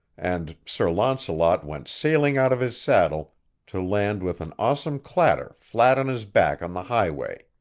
and sir launcelot went sailing out of his saddle to land with an awesome clatter flat on his back on the highway.